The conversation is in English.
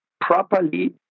properly